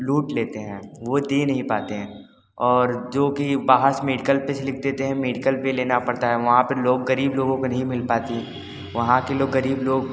लूट लेते हैं वो दे नहीं पाते हैं और जो कि बाहर से मेडिकल पर से लिख देते हैं मेडिकल पर लेना पड़ता है वहाँ पर लोग गरीब लोगो को नहीं मिल पाती वहाँ के लोग गरीब लोग